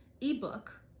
ebook